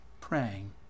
praying